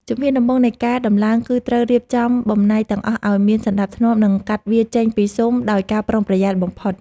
ជំហានដំបូងនៃការដំឡើងគឺត្រូវរៀបចំបំណែកទាំងអស់ឱ្យមានសណ្ដាប់ធ្នាប់ និងកាត់វាចេញពីស៊ុមដោយការប្រុងប្រយ័ត្នបំផុត។